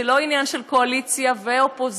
זה לא עניין של קואליציה ואופוזיציה,